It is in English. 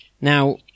Now